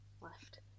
Left